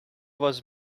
was